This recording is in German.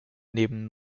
neben